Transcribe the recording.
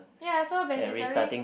ya so basically